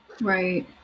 Right